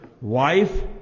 wife